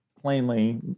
plainly